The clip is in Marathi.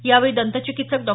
यावेळी दंत चिकित्सक डॉ